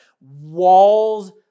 Walls